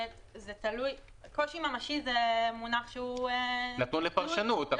קושי ממשי זה מונח שהוא --- נתון לפרשנות.